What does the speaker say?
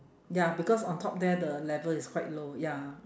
ya because on top there the level is quite low ya